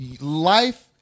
life